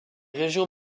régions